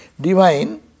Divine